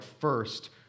first